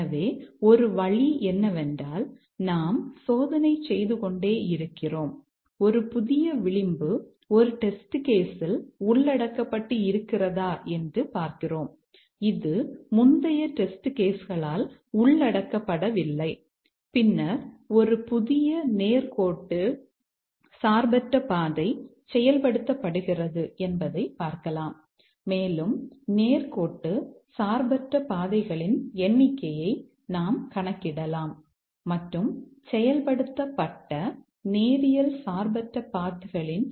எனவே ஒரு வழி என்னவென்றால் நாம் சோதனை செய்துகொண்டே இருக்கிறோம் ஒரு புதிய விளிம்பு ஒரு டெஸ்ட் கேஸ் களின் சதவீதங்களைக் காணலாம்